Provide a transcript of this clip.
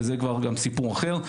וזה כבר סיפור אחר.